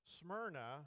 Smyrna